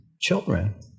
children